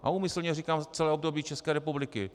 A úmyslně říkám za celé období České republiky.